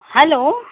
hello